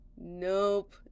nope